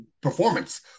performance